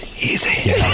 easy